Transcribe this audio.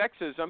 sexism